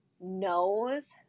knows